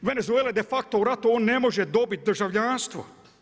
Venezuela je de facto u ratu, on ne može dobiti državljanstvo.